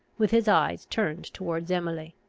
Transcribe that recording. with his eyes turned towards emily.